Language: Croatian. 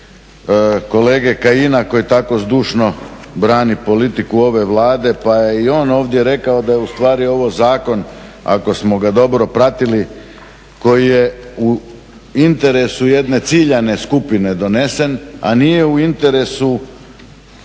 čuli od kolege Kajina koji tako zdušno brani politiku ove Vlade, pa je i on ovdje rekao da je ustvari ovo zakon, ako smo ga dobro pratili, koji je interesu jedne ciljane skupine donesen, a nije u interesu